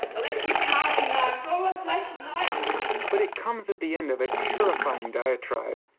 electric carving knives, all the flashing lights but it comes at the end of a terrifying diatribe.